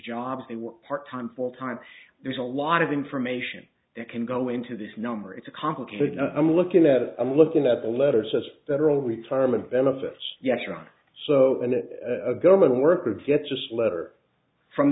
jobs they work part time for time there's a lot of information that can go into this number it's a complicated i'm looking at it i'm looking at the letter says that are all retirement benefits yes or so and it a government worker gets letter from